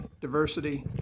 diversity